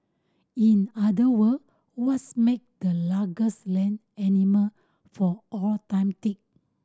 in other word what's make the largest land animal for all time tick